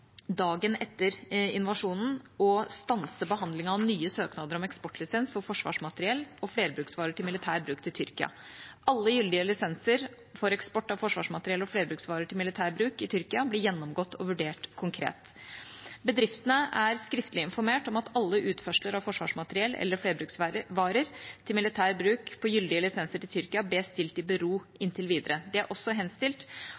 dagen etter invasjonen å stanse behandlingen av nye søknader om eksportlisens for forsvarsmateriell og flerbruksvarer til militær bruk til Tyrkia. Alle gyldige lisenser for eksport av forsvarsmateriell og flerbruksvarer til militær bruk i Tyrkia blir gjennomgått og vurdert konkret. Bedriftene er skriftlig informert om at alle utførsler av forsvarsmateriell eller flerbruksvarer til militær bruk på gyldige lisenser til Tyrkia bes stilt i bero